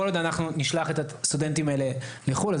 כל עוד נשלח את הסטודנטים האלה לחו"ל,